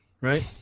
right